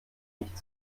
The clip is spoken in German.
nicht